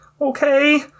okay